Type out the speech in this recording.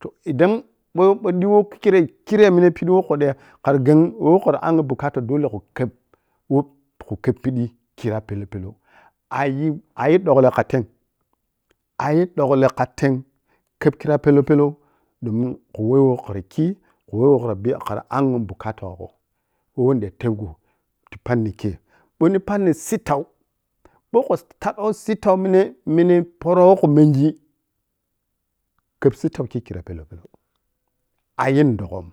toh idan ɓou-ɓou diwo kikkrei minen piƌi woh khaar gheng woh khara angyi bukata dole khu kheb-kheb pidi khira pellou ayiayiji dukkle kha tei, kha yi dukkle kha tei kheb khira pellou-pellou domin khu wah woh khra khii-khra weh woh khra bigi angyi bukata gho woh-woh nida tebgho ti panni kei ɓou panni sittau ɓou khu taƌƌau sittau miniy porogho woh khu menji kheb sittau kei khira pellou pellou a’yi’n dughum